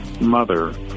mother